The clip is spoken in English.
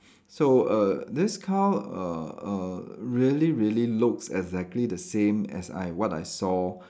so err this cow err err really really looks exactly the same as I what I saw